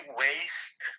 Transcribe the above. waste